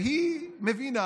והיא מבינה